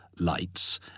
lights